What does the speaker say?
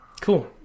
Cool